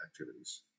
activities